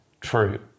true